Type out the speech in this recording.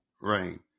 rain